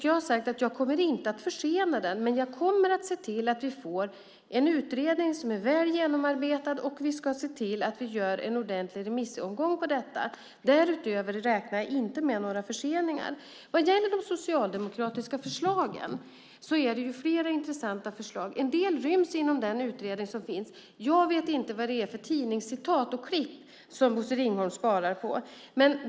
Jag har sagt att jag inte kommer att försena den men att jag kommer att se till att vi får en utredning som är väl genomarbetad och att vi ska se till att vi genomför en ordentlig remissomgång av detta. Därutöver räknar jag inte med några förseningar. Det finns flera socialdemokratiska förslag som är intressanta. En del ryms inom den utredning som finns. Jag vet inte vad det är för tidningscitat och klipp som Bosse Ringholm sparar på.